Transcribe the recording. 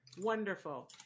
Wonderful